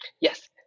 Yes